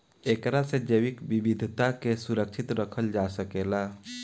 एकरा से जैविक विविधता के सुरक्षित रखल जा सकेला